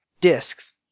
discs